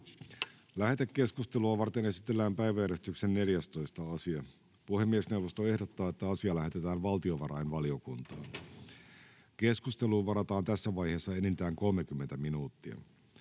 Lähetekeskustelua varten esitellään päiväjärjestyksen 15. asia. Puhemiesneuvosto ehdottaa, että asia lähetetään valtiovarainvaliokuntaan. Keskusteluun varataan tässä vaiheessa enintään 30 minuuttia.